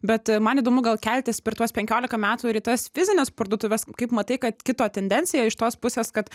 bet man įdomu gal keltis per tuos penkioliką metų ir į fizines parduotuves kaip matai kad kito tendencija iš tos pusės kad